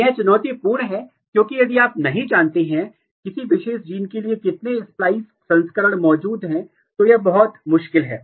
यह चुनौतीपूर्ण है क्योंकि यदि आप नहीं जानते हैं किसी विशेष जीन के लिए कितने स्प्लिस संस्करण मौजूद हैं तो यह बहुत मुश्किल है